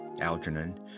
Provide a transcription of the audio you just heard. Algernon